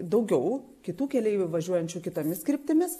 daugiau kitų keleivių važiuojančių kitomis kryptimis